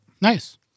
Nice